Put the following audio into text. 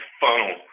funnel